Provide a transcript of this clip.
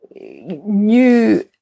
new